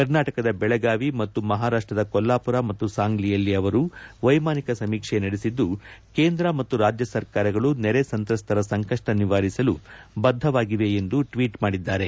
ಕರ್ನಾಟಕದ ಬೆಳಗಾವಿ ಮತ್ತು ಮಹಾರಾಷ್ಟದ ಕೊಲ್ಲಾಮರ ಮತ್ತು ಸಾಂಗ್ಲಿಯಲ್ಲಿ ಅವರು ವೈಮಾನಿಕ ಸಮೀಕ್ಷೆ ನಡೆಸಿದ್ದು ಕೇಂದ್ರ ಮತ್ತು ರಾಜ್ಯ ಸರ್ಕಾರಗಳು ನೆರೆ ಸಂತ್ರಸ್ತರ ಸಂಕಷ್ಟ ನಿವಾರಿಸಲು ಬದ್ಧವಾಗಿವೆ ಎಂದು ಅವರು ಟ್ವೀಟ್ ಮಾಡಿದ್ದಾರೆ